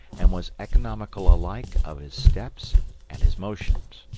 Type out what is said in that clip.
and was economical alike of his steps and his motions.